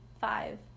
five